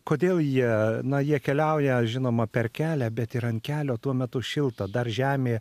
kodėl jie na jie keliauja žinoma per kelią bet ir ant kelio tuo metu šilta dar žemė